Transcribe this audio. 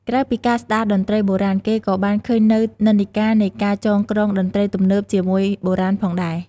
ក្រៅពីការស្តារតន្ត្រីបុរាណ គេក៏បានឃើញនូវនិន្នាការនៃ ការចងក្រងតន្ត្រីទំនើបជាមួយបុរាណ ផងដែរ។